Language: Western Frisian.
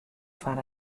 foar